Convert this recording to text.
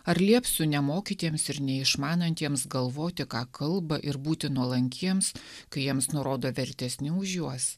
ar liepsiu nemokytiems ir neišmanantiems galvoti ką kalba ir būti nuolankiems kai jiems nurodo vertesni už juos